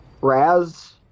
Raz